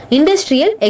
Industrial